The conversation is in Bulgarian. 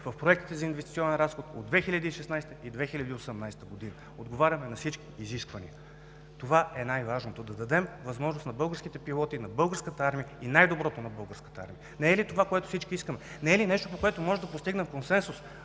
в проектите за инвестиционен разход от 2016-а и от 2018 г., отговаряме на всички изисквания. Това е най-важното – да дадем възможност за най-доброто на българските пилоти и на Българската армия. Не е ли това, което всички искаме? Не е ли нещото, по което можем да постигнем консенсус